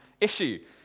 issue